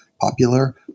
popular